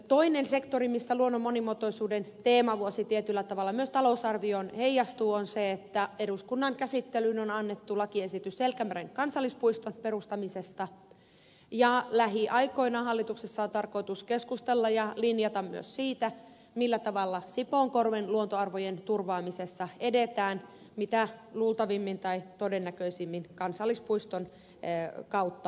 toinen sektori missä luonnon monimuotoisuuden teemavuosi tietyllä tavalla myös talousarvioon heijastuu on se että eduskunnan käsittelyyn on annettu lakiesitys selkämeren kansallispuiston perustamisesta ja lähiaikoina hallituksessa on tarkoitus keskustella ja linjata myös siitä millä tavalla sipoonkorven luontoarvojen turvaamisessa edetään mitä luultavimmin tai todennäköisimmin kansallispuiston kautta myös siellä